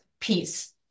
peace